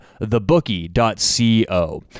thebookie.co